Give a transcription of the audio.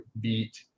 beat